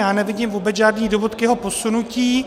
Já nevidím vůbec žádný důvod k jeho posunutí.